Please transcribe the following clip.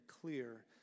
clear